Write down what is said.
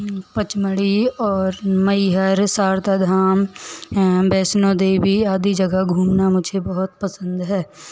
पंचमढ़ी और मईहर शारदा धाम वैष्णो देवी आदि जगह घूमना मुझे घूमना बहुत पसंद है